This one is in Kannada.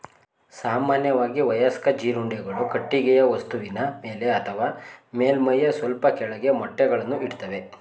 ಸಾಮಾನ್ಯವಾಗಿ ವಯಸ್ಕ ಜೀರುಂಡೆಗಳು ಕಟ್ಟಿಗೆಯ ವಸ್ತುವಿನ ಮೇಲೆ ಅಥವಾ ಮೇಲ್ಮೈಯ ಸ್ವಲ್ಪ ಕೆಳಗೆ ಮೊಟ್ಟೆಗಳನ್ನು ಇಡ್ತವೆ